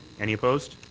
any opposed?